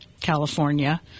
California